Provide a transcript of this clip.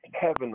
heaven